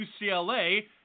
UCLA